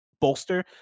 bolster